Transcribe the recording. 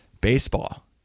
baseball